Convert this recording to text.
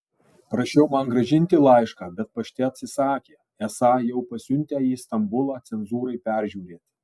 prašiau man grąžinti laišką bet pašte atsisakė esą jau pasiuntę į istambulą cenzūrai peržiūrėti